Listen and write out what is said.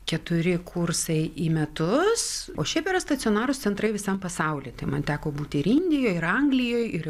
keturi kursai į metus o šiaip yra stacionarūs centrai visam pasauly tai man teko būt ir indijoj ir anglijoj ir